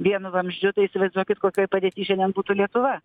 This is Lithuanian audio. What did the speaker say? vienu vamzdžiu tai įsivaizduokit kokioj padėty šiandien būtų lietuva